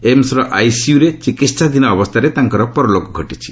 ଏମ୍ସର ଆଇସିୟୁରେ ଚିକିହାଧୀନ ଅବସ୍ଥାରେ ତାଙ୍କର ପରଲୋକ ଘଟିଛି